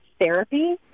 therapy